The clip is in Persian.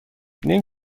نیم